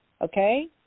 okay